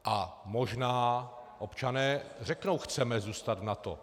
A možná občané řeknou: Chceme zůstat v NATO.